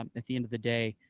um at the end of the day,